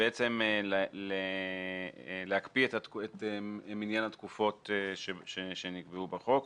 להקפיא את מניין התקופות שנקבעו בחוק,